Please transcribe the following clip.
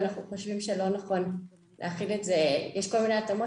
אנחנו חושבים שלא נכון להחיל את זה יש כל מיני התאמות